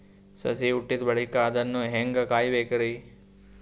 ಸಸಿ ಹುಟ್ಟಿದ ಬಳಿಕ ಅದನ್ನು ಹೇಂಗ ಕಾಯಬೇಕಿರಿ?